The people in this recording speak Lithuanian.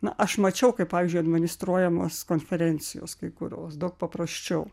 na aš mačiau kaip pavyzdžiui administruojamos konferencijos kai kurios daug paprasčiau